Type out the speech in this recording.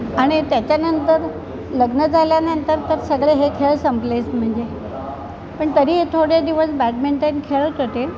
आणि त्याच्यानंतर लग्न झाल्यानंतर तर सगळे हे खेळ संपलेच म्हणजे पण तरी थोडे दिवस बॅडमिंटन खेळत होते